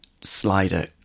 slider